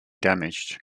damaged